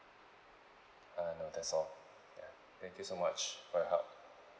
ah no that's all ya thank you so much for your help